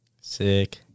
Sick